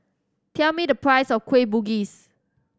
tell me the price of Kueh Bugis